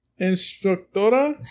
Instructora